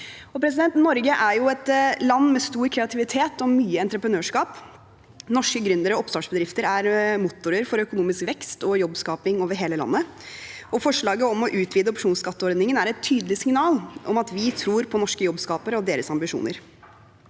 Norge er et land med stor kreativitet og mye entreprenørskap. Norske gründere og oppstartsbedrifter er motorer for økonomisk vekst og jobbskaping over hele landet, og forslaget om å utvide opsjonsskatteordningen er et tydelig signal om at vi tror på norske jobbskapere og deres ambisjoner.